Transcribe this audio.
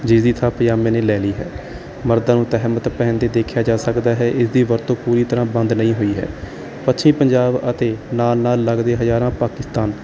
ਜਿਸ ਦੀ ਥਾਂ ਪਜਾਮੇ ਨੇ ਲੈ ਲਈ ਹੈ ਮਰਦਾਂ ਨੂੰ ਤਹਿਮਤ ਪਹਿਨਦੇ ਦੇਖਿਆ ਜਾ ਸਕਦਾ ਹੈ ਇਸ ਦੀ ਵਰਤੋਂ ਪੂਰੀ ਤਰ੍ਹਾਂ ਬੰਦ ਨਹੀਂ ਹੋਈ ਹੈ ਪਛੱਮੀ ਪੰਜਾਬ ਅਤੇ ਨਾਲ ਨਾਲ ਲੱਗਦੇ ਹਜ਼ਾਰਾਂ ਪਾਕਿਸਤਾਨ